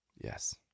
Yes